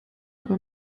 aber